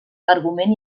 argument